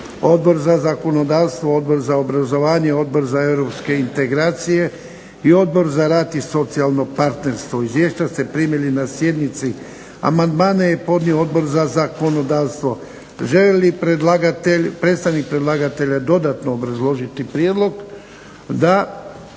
Odbor za zakonodavstvo, Odbor za obrazovanje, Odbor za europske integracije i Odbor za rad i socijalno partnerstvo. Izvješća ste primili na sjednici. Amandmane je podnio Odbor za zakonodavstvo. Želi li predstavnik predlagatelja dodatno obrazložiti prijedlog? Da.